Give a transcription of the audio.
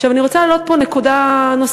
אני רוצה להעלות פה נקודה נוספת,